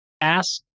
Ask